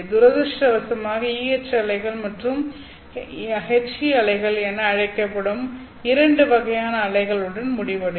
துரதிர்ஷ்டவசமாக EH அலைகள் மற்றும் HE அலைகள் என அழைக்கப்படும் இரண்டு வகையான அலைகளுடன் முடிவடையும்